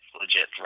legit